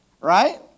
Right